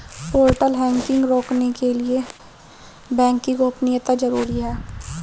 portal hacking रोकने के लिए बैंक की गोपनीयता जरूरी हैं